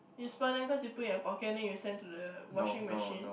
you spoil them cause you put in your pocket then you send to the washing machine